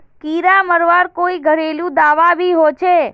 कीड़ा मरवार कोई घरेलू दाबा भी होचए?